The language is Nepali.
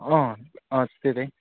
अँ अँ त्यतै